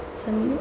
सन्